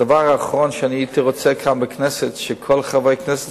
הדבר האחרון שאני הייתי רוצה כאן בכנסת הוא שכל חברי הכנסת